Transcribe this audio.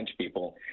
people